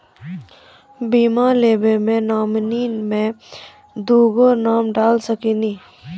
बीमा लेवे मे नॉमिनी मे दुगो नाम डाल सकनी?